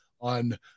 on